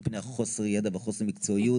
מפני חוסר ידע וחוסר מקצועיות,